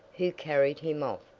who carried him off,